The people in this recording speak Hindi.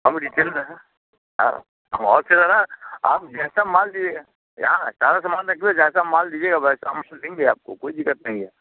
हम रिटेलर हैं और होल सेलर हैं आप जैसा माल दिए यहाँ सारा समान रखबे जैसा माल दीजिएगा वैसा हम देंगे आपको कोई दिक्कत नहीं है